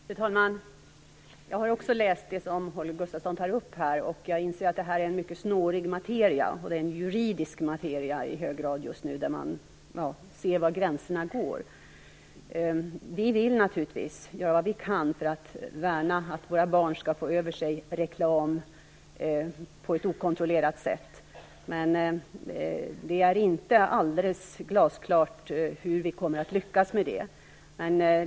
Fru talman! Jag har också läst det som Holger Gustafsson tar upp här. Jag inser att det här är en mycket snårig materia och det är en juridisk materia i hög grad just nu där man ser efter var gränserna går. Vi vill naturligtvis göra vad vi kan för att värna att våra barn inte skall få över sig reklam på ett okontrollerat sätt, men det är inte alldeles glasklart hur vi kommer att lyckas med det.